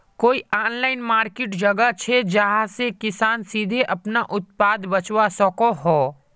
कोई online market जगह छे जहाँ किसान सीधे अपना उत्पाद बचवा सको हो?